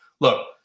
Look